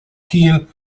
kiel